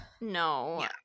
no